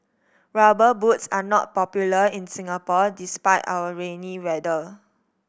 Rubber Boots are not popular in Singapore despite our rainy weather